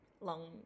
long